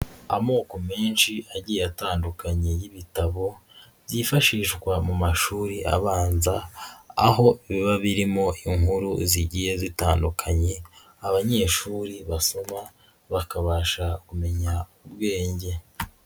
Amoko menshi agiye atandukanye y'ibitabo, byifashishwa mu mashuri abanza aho biba birimo inkuru zigiye zitandukanye abanyeshuri basoma bakabasha kumenya ubwenge.